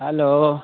hello